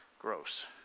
Gross